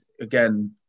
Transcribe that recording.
again